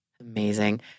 Amazing